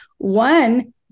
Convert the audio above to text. one